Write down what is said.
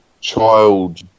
child